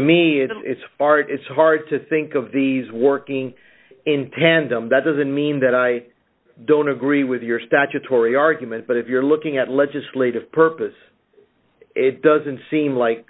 me it's fart it's hard to think of these working in tandem that doesn't mean that i don't agree with your statutory argument but if you're looking at legislative purpose it doesn't seem like